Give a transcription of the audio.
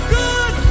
good